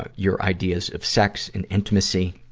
ah your ideas of sex and intimacy,